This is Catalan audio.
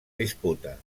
disputa